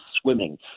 swimming